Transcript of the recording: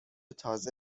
تازه